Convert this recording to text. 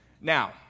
Now